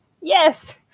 Yes